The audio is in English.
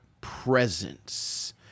presence